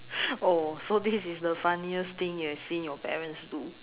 oh so this is the funniest thing you have seen your parents do